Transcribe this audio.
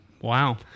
wow